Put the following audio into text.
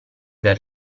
del